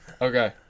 Okay